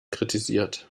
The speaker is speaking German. kritisiert